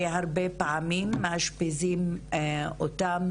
שהרבה פעמים מאשפזים אותן